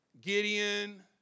Gideon